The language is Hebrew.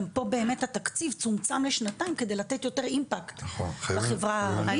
גם פה באמת התקציב צומצם לשנתיים על מנת לתת יותר השפעה לחברה הערבית.